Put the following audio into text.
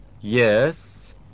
Yes